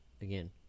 again